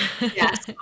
Yes